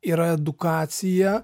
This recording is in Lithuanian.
yra edukacija